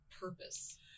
purpose